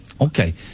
Okay